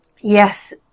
yes